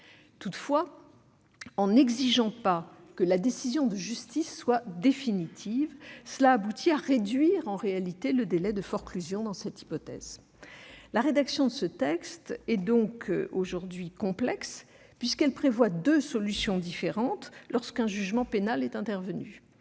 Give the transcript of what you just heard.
Toutefois, en n'exigeant pas que la décision de justice soit définitive, cela aboutit en réalité à réduire, dans cette hypothèse, le délai de forclusion. La rédaction de ce texte est donc aujourd'hui complexe, puisqu'elle prévoit deux solutions différentes lorsqu'un jugement pénal est intervenu.